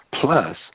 Plus